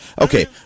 okay